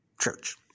Church